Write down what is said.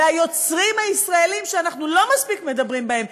והיוצרים הישראלים שאנחנו לא מספיק מדברים בהם,